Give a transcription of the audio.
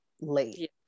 late